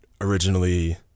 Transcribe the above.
originally